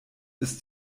ist